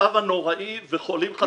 המצב הנוראי וחולים חסרי ישע.